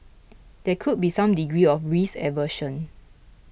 there could be some degree of risk aversion